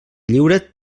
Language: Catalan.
lliure